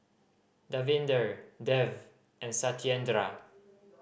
Davinder Dev and Satyendra